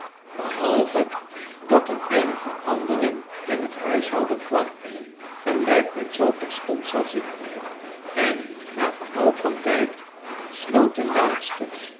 behalve dat er eene verandering in het huishouden kwam gelijk men zoo terstond zal zien en na verloop van tijd sloot de laatste